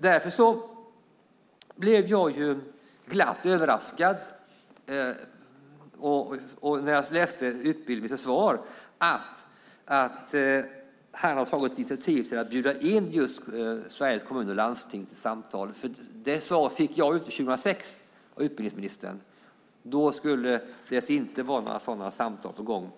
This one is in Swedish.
Därför blev jag glatt överraskad när jag läste i utbildningsministerns svar att han har tagit initiativ till att bjuda in just Sveriges Kommuner och Landsting till samtal. Det svaret fick jag nämligen inte 2006 av utbildningsministern. Då var det inte några sådana samtal på gång.